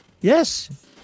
Yes